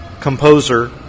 composer